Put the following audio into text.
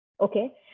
Okay